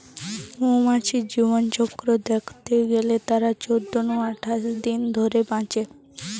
মৌমাছির জীবনচক্র দ্যাখতে গেলে তারা চোদ্দ নু আঠাশ দিন ধরে বাঁচে